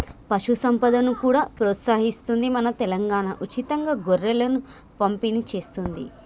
పశు సంపదను కూడా ప్రోత్సహిస్తుంది మన తెలంగాణా, ఉచితంగా గొర్రెలను పంపిణి చేస్తుంది